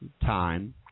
Time